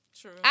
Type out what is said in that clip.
True